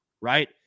right